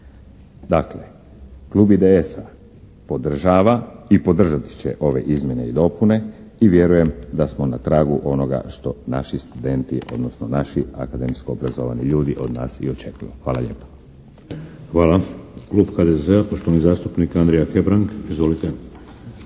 Dakle, klub IDS-a podržava i podržati će ove izmjene i dopune i vjerujem da smo na tragu onoga što naši studenti, odnosno naši akademski obrazovani ljudi od nas i očekuju. Hvala lijepa. **Šeks, Vladimir (HDZ)** Hvala. Klub HDZ-a, poštovani zastupnik Andrija Hebrang. Izvolite.